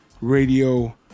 radio